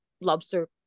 lobster